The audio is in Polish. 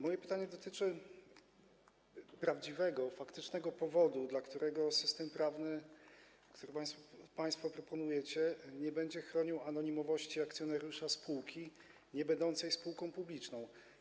Moje pytanie dotyczy prawdziwego, faktycznego powodu, dla którego system prawny, który państwo proponujecie, nie będzie chronił anonimowości akcjonariusza spółki niebędącej spółką publiczną.